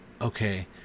okay